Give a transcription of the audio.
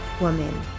woman